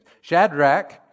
Shadrach